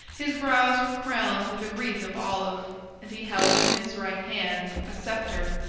his brows were crowned with a wreath of olive, and he held in his right hand a sceptre,